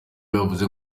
yavuze